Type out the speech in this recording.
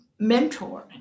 mentoring